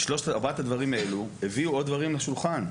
ארבעת הדברים האלו הביאו עוד דברים לשולחן,